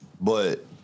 But-